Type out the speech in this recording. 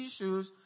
issues